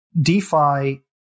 DeFi